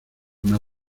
una